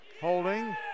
holding